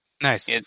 Nice